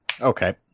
Okay